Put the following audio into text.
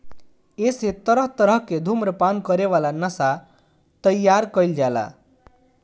एसे तरह तरह के धुम्रपान करे वाला नशा तइयार कईल जाला